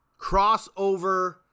crossover